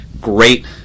great